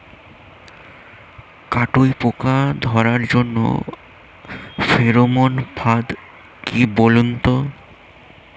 কাটুই পোকা ধরার জন্য ফেরোমন ফাদ কি বলুন তো?